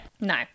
No